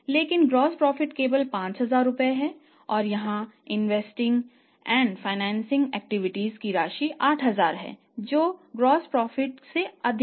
लेकिन सकल लाभ की राशि 8000 है जो सकल लाभ से अधिक है